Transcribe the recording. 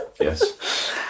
yes